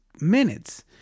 minutes